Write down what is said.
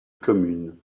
commune